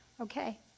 Okay